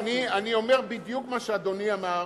ולכן אני אומר בדיוק מה שאדוני אמר,